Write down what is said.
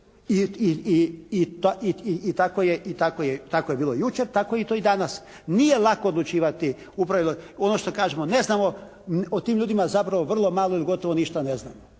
I tako je bilo jučer tako je to i danas. Nije lako odlučivati, … /Govornik se ne razumije./ … ono što kažemo ne znamo o tim ljudima zapravo vrlo malo ili gotovo ništa ne znamo.